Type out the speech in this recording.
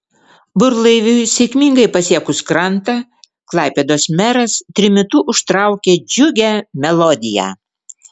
burlaiviui sėkmingai pasiekus krantą klaipėdos meras trimitu užtraukė džiugią melodiją